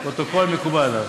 לפרוטוקול, מקובל עליו.